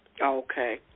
Okay